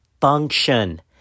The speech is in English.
function